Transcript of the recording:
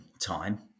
time